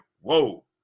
whoa